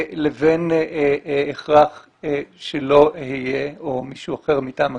לבין הכרח שלא אהיה או מישהו אחר מטעם הקהילה,